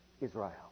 Israel